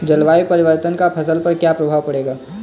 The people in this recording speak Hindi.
जलवायु परिवर्तन का फसल पर क्या प्रभाव पड़ेगा?